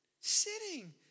sitting